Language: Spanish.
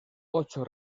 ocho